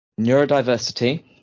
neurodiversity